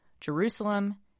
Jerusalem